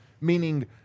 Meaning